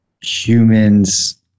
humans